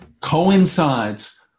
coincides